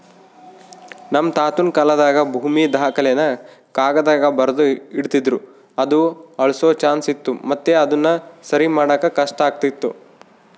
ನಮ್ ತಾತುನ ಕಾಲಾದಾಗ ಭೂಮಿ ದಾಖಲೆನ ಕಾಗದ್ದಾಗ ಬರ್ದು ಇಡ್ತಿದ್ರು ಅದು ಅಳ್ಸೋ ಚಾನ್ಸ್ ಇತ್ತು ಮತ್ತೆ ಅದುನ ಸರಿಮಾಡಾಕ ಕಷ್ಟಾತಿತ್ತು